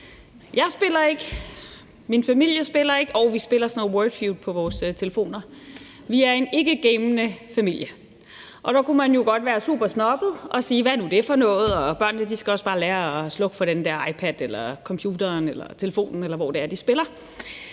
med min familier, min familie spiller ikke – jo, vi spiller sådan noget Wordfeud på vores telefoner. Vi er en ikkgamende familie, og så kunne man jo godt være supersnobbet og sige, hvad nu det er for noget, og at børnene også bare skal lære at slukke for den der iPad eller computer eller telefonen, eller hvor det er, de spiller.